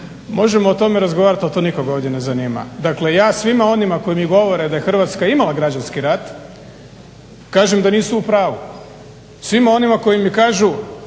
možemo o tome razgovarati ali to nikog ovdje ne zanima. Dakle, ja svima onima koji mi govore da je Hrvatska imala građanski rat kažem da nisu u pravu. Svima onima koji mi kažu